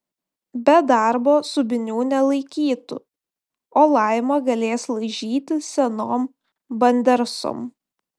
be darbo subinių nelaikytų o laima galės laižyti senom bandersom